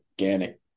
organic